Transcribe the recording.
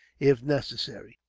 if necessary.